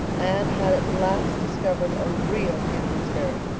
anne had at last discovered a real kindred spirit,